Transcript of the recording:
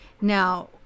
Now